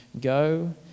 Go